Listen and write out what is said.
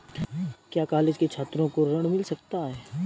क्या कॉलेज के छात्रो को ऋण मिल सकता है?